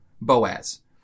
Boaz